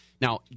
Now